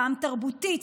פעם תרבותית,